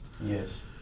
yes